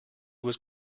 was